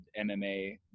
MMA